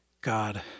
God